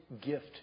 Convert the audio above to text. gift